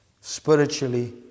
Spiritually